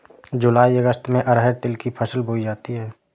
जूलाई अगस्त में अरहर तिल की फसल बोई जाती हैं